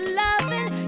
loving